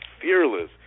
fearless